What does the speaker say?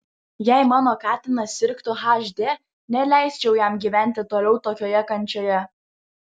jei mano katinas sirgtų hd neleisčiau jam gyventi toliau tokioje kančioje